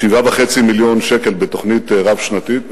7.5 מיליארד שקל בתוכנית רב-שנתית.